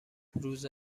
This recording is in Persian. روز